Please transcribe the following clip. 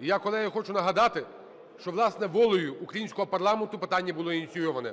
Я, колеги, хочу нагадати, що, власне, волею українського парламенту питання ініційовано.